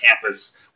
campus